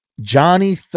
Johnny